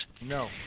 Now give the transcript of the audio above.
No